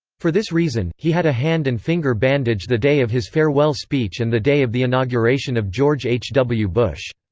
for this reason, he had a hand and finger bandage the day of his farewell speech and the day of the inauguration of george h. w. bush.